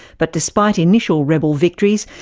but despite initial rebel victories,